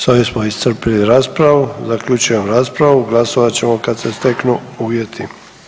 S ovim smo iscrpili raspravu, zaključujem raspravu, glasovat ćemo kad se steknu uvjeti.